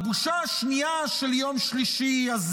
הבושה השנייה של יום שלישי הזה